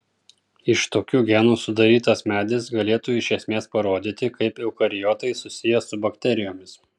iš tokių genų sudarytas medis galėtų iš esmės parodyti kaip eukariotai susiję su bakterijomis